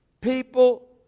People